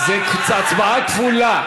אז זו הצבעה כפולה.